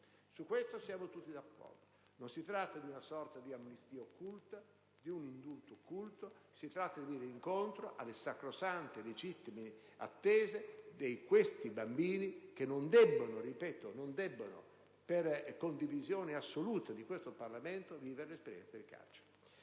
Su questo siamo tutti d'accordo. Non si tratta di una sorta di amnistia occulta o di un indulto occulto, bensì di venire incontro alle sacrosante e legittime attese di questi bambini che non debbono - ripeto, non debbono - per condivisione assoluta di questo Parlamento, vivere l'esperienza del carcere.